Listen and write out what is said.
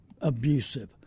abusive